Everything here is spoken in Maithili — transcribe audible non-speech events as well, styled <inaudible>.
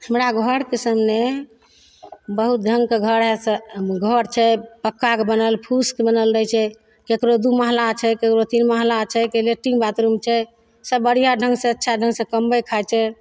हमरा घरके सने बहुत ढङ्गके <unintelligible> घर छै पक्काके बनल फूसके बनल रहय छै ककरो दू महला छै ककरो तीन महला छै लेट्रिन बाथरूम छै सब बढ़िआँ ढङ्गसँ अच्छा ढङ्गसँ कमबय खाय छै